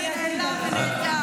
בסדר, הדמוקרטיות, שברחה מההצבעה.